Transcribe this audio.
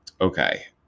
Okay